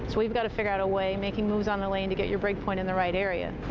so we've got to figure out a way, making moves on the lane, to get your break point in the right area.